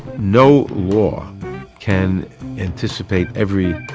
no law can anticipate every